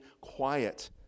quiet